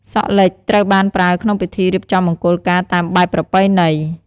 សក់លិចត្រូវបានប្រើក្នុងពិធីរៀបចំមង្គលការតាមបែបប្រពៃណី។